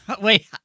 Wait